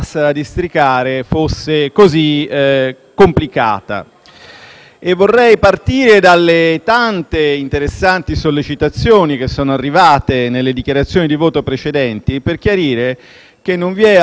Vorrei partire dalle tante interessanti sollecitazioni che sono arrivate nelle dichiarazioni di voto precedenti, per chiarire che non vi è alcun paradosso se una maggioranza, che si è posta